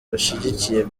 bashigikiye